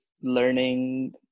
learning